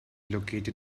located